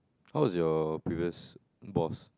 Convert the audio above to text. how's your previous boss